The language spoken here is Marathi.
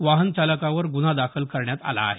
वाहन चालकावर ग्रन्हा दाखल करण्यात आला आहे